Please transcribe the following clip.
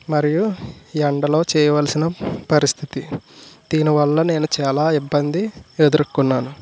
మరియు ఎండలో చేయవలసిన పరిస్థితి దీని వల్ల నేను చాలా ఇబ్బంది ఎదుర్కొన్నాను